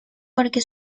porque